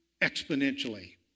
exponentially